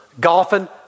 golfing